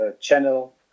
channel